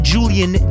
Julian